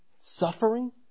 Suffering